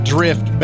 Drift